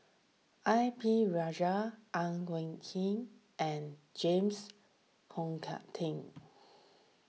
A P Rajah Ang Wei Heng and James Pong Tuck Tim